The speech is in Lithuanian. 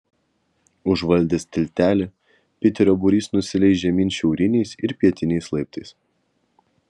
užvaldęs tiltelį piterio būrys nusileis žemyn šiauriniais ir pietiniais laiptais